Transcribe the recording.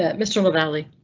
ah mr lavalley.